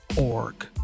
org